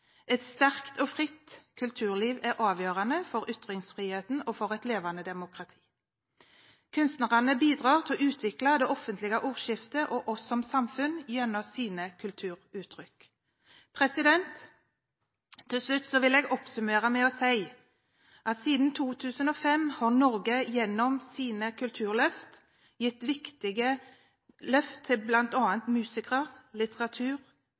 Et sterkt og fritt kulturliv er avgjørende for ytringsfriheten og for et levende demokrati. Kunstnerne bidrar til å utvikle det offentlige ordskiftet og oss som samfunn gjennom sine kulturuttrykk. Til slutt vil jeg oppsummere med å si at siden 2005 har Norge gjennom våre kulturløft gitt viktige løft til bl.a. musikk, litteratur,